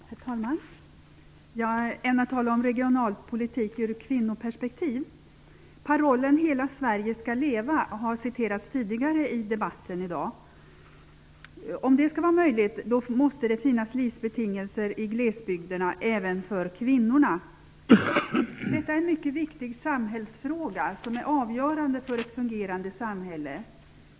Herr talman! Jag ämnar tala om regionalpolitik i kvinnoperspektiv. Parollen Hela Sverige skall leva har citerats tidigare i debatten i dag. Om det skall vara möjligt måste det finnas livsbetingelser i glesbygderna -- även för kvinnorna. Detta är en mycket viktig samhällsfråga, som är avgörande för ett fungerande samhälle.